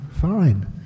fine